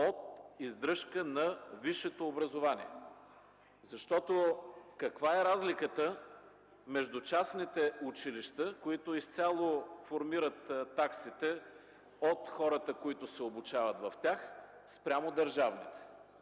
от издръжка на висшето образование. Защото каква е разликата между частните училища, които изцяло формират таксите от хората, които се обучават в тях, спрямо държавните?